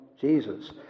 Jesus